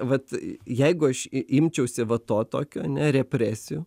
vat jeigu aš imčiausi va to tokio ane represijų